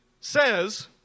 says